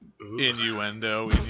Innuendo